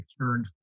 turned